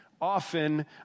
Often